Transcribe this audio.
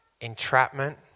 entrapment